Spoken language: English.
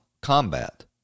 combat